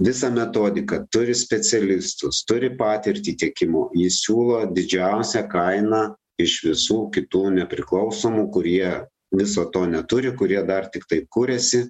visą metodiką turi specialistus turi patirtį tiekimo ji siūlo didžiausią kainą iš visų kitų nepriklausomų kurie viso to neturi kurie dar tiktai kuriasi